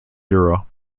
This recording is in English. euro